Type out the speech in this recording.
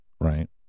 right